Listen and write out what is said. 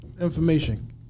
Information